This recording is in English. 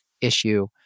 issue